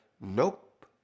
Nope